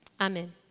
amen